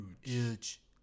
huge